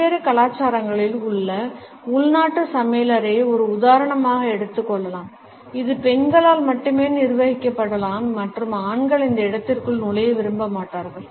பல்வேறு கலாச்சாரங்களில் உள்ள உள்நாட்டு சமையலறையை ஒரு உதாரணமாக எடுத்துக் கொள்ளலாம் இது பெண்களால் மட்டுமே நிர்வகிக்கப்படலாம் மற்றும் ஆண்கள் இந்த இடத்திற்குள் நுழைய விரும்ப மாட்டார்கள்